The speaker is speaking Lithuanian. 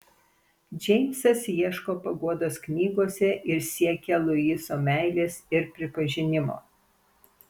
džeimsas ieško paguodos knygose ir siekia luiso meilės ir pripažinimo